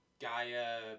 Gaia